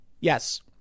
Yes